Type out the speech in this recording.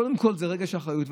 קודם כול זה רגש של אחריות,